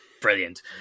brilliant